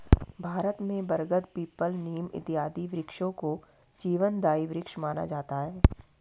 भारत में बरगद पीपल नीम इत्यादि वृक्षों को जीवनदायी वृक्ष माना जाता है